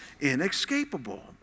inescapable